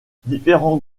différents